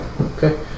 okay